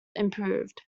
improved